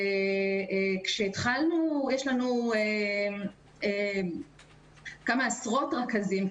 יש לנו כמה עשרות רכזים,